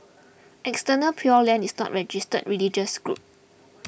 Eternal Pure Land is not a registered religious group